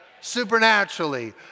supernaturally